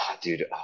dude